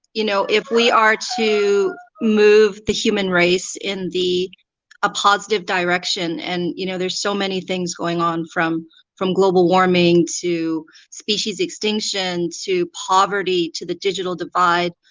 you know if we are to move the human race in a ah positive direction, and you know there's so many things going on from from global warming to species extinction, to poverty, to the digital divide.